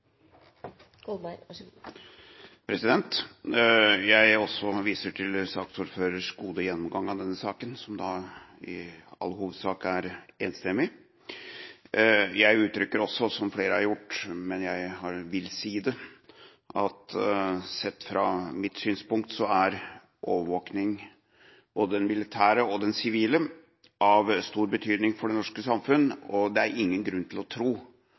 jeg viser til saksordførerens gode gjennomgang av innstillingen til denne saken, som i all hovedsak er enstemmig. Jeg vil også uttrykke det som flere har gjort, og si: Sett fra mitt synspunkt er overvåking – både den militære og sivile – av stor betydning for det norske samfunn. Det er ingen grunn til å tro